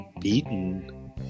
beaten